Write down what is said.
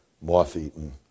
moth-eaten